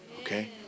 Okay